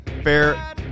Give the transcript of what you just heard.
fair